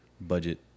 budget